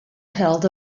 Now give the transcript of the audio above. held